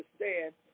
understand